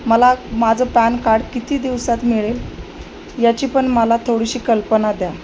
मला माझं PAN card किती दिवसात मिळेल याची पण मला थोडीशी कल्पना द्या